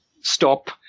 stop